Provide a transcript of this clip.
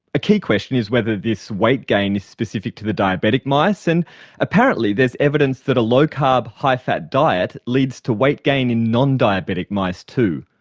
a key question is whether this weight gain is specific to the diabetic mice, and apparently there's evidence that a low carb, high fat diet, leads to weight gain in non-diabetic mice too.